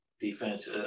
defense